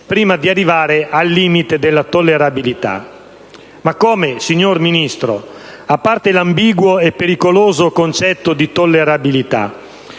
prima di arrivare ai limite della tollerabilità. Ma come, signor Ministro? A parte l'ambiguo e pericoloso concetto di tollerabilità,